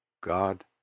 God